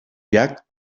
llac